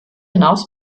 hinaus